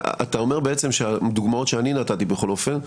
אתה אומר בעצם שהדוגמאות שאני נתתי בכל אופן,